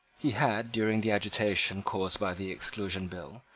he had, during the agitation caused by the exclusion bill,